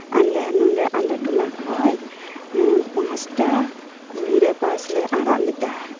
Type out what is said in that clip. ᱟᱞᱮ ᱱᱚᱰᱮ ᱟᱞᱮᱴᱚᱞᱟ ᱠᱷᱚᱡ ᱯᱟᱸᱥᱴᱟ ᱠᱩᱲᱤᱨᱮ ᱵᱟᱥᱞᱮ ᱟᱲᱟᱜ ᱞᱮᱫᱟ